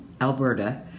Alberta